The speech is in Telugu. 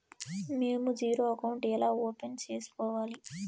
మేము జీరో అకౌంట్ ఎలా ఓపెన్ సేసుకోవాలి